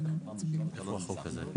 שממשלת ישראל מעבירה כסף לשלטון המקומי,